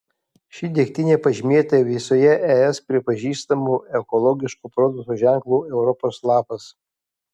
ši degtinė pažymėta visoje es pripažįstamu ekologiško produkto ženklu europos lapas